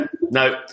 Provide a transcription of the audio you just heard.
No